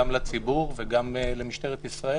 גם לציבור וגם למשטרת ישראל